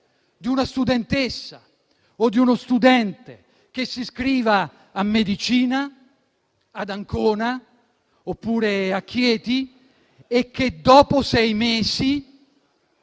di una studentessa o di uno studente che si iscriva a medicina ad Ancona o a Chieti e che dopo sei mesi,